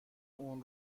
اون